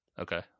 Okay